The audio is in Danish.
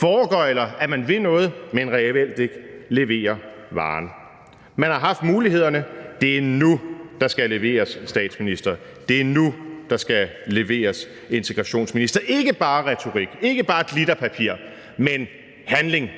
foregøgler, at man vil noget, men reelt ikke leverer varen. Man har haft mulighederne. Det er nu, der skal leveres, statsminister. Det er nu, der skal leveres, integrationsminister – ikke bare retorik, ikke bare glitterpapir, men handling!